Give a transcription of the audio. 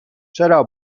چرا